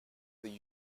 urim